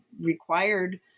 required